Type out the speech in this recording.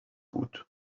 بود